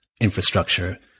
infrastructure